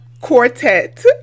quartet